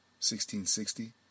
1660